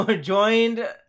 joined